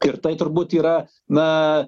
ir tai turbūt yra na